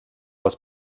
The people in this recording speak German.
das